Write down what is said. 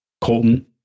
Colton